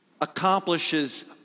accomplishes